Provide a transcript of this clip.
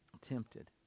tempted